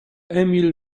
emil